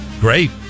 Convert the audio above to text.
Great